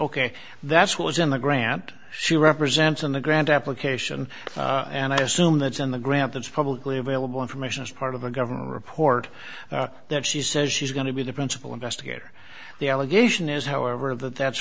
ok that's what was in the grant she represents on the grant application and i assume that in the grant that's publicly available information as part of a government report that she says she's going to be the principal investigator the allegation is however that that's